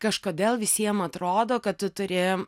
kažkodėl visiem atrodo kad turėjom